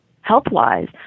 health-wise